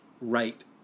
right